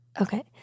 okay